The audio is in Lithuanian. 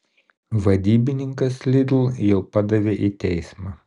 vadybininkas lidl jau padavė į teismą